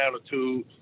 attitude